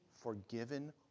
forgiven